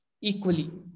equally